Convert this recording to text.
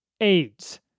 AIDS